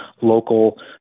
local